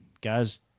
guys